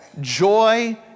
joy